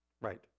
Right